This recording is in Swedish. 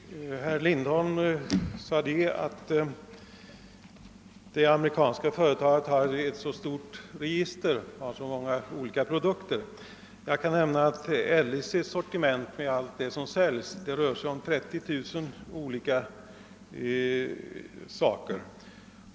Herr talman! Herr Lindholm sade att det amerikanska företaget har ett så stort register, har så många olika produkter. Jag kan nämna att LIC:s sortiment med allt det som säljs rör sig om 30 000 olika detaljer.